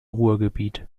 ruhrgebiet